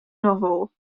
novel